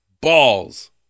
balls